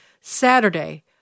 Saturday